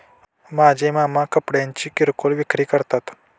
माझे मामा कपड्यांची किरकोळ विक्री करतात